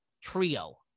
trio